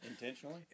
Intentionally